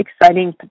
exciting